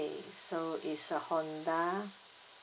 okay so is a Honda